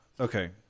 Okay